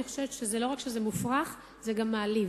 אני חושבת שלא רק שזה מופרך, זה גם מעליב.